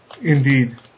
Indeed